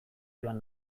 joan